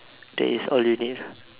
that is all you need lah